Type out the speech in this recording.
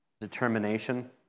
determination